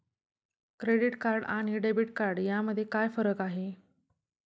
Credit card आणि debit card यामध्ये काय फरक आहे?